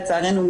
לצערנו,